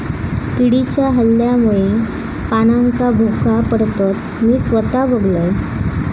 किडीच्या हल्ल्यामुळे पानांका भोका पडतत, मी स्वता बघलंय